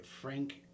Frank